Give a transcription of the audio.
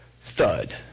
thud